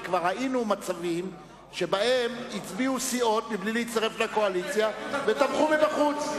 וכבר ראינו מצבים שבהם הצביעו סיעות בלי להצטרף לקואליציה ותמכו מבחוץ.